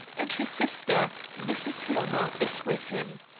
and his sister, mrs. hillmer, is with him.